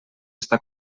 està